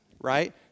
right